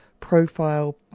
Profile